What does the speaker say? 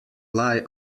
lie